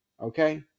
Okay